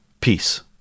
Peace